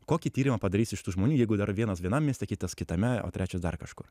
kokį tyrimą padarys iš tų žmonių jeigu dar vienas vienam mieste kitas kitame o trečias dar kažkur